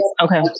okay